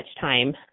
time